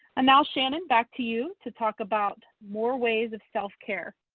and now shannon, back to you to talk about more ways of self-care.